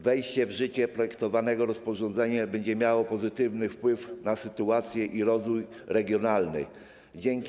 Wejście w życie projektowanego rozporządzenia będzie miało pozytywny wpływ na sytuację i rozwój regionalny rolnictwa,